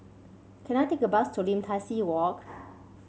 can I take a bus to Lim Tai See Walk